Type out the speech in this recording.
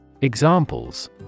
Examples